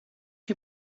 chi